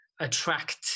attract